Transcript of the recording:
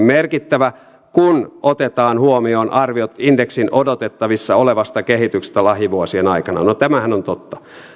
merkittävä kun otetaan huomioon arviot indeksin odotettavissa olevasta kehityksestä lähivuosien aikana no tämähän on totta